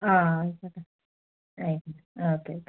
ആ ആയിക്കോട്ടെ thank you okay